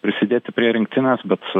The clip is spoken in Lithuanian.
prisidėti prie rinktinės bet